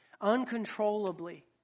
uncontrollably